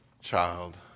child